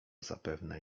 zapewne